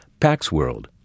PaxWorld